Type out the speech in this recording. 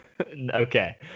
Okay